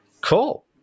Cool